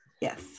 Yes